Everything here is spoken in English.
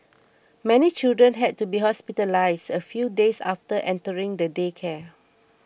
many children had to be hospitalised a few days after entering the daycare